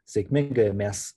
sėkmingai mes